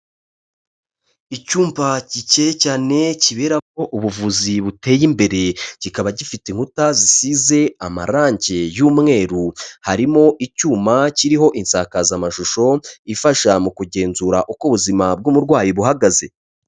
Icyumba gikeye cyane kiberamo ubuvuzi buteye imbere, kikaba gifite inkuta zisize amarangi y'umweru, harimo icyuma kiriho insakazamashusho ifasha mu kugenzura uko ubuzima bw'umurwayi buhagaze.